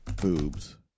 boobs